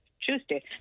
Tuesday